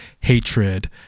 hatred